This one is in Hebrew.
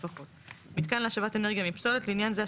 לפחות מיתקן להשבת אנרגיה מפסולת; לעניין זה,